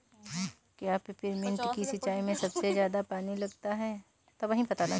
क्या पेपरमिंट की सिंचाई में सबसे ज्यादा पानी लगता है?